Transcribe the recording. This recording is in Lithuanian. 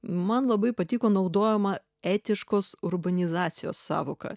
man labai patiko naudojama etiškos urbanizacijos sąvoka